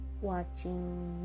watching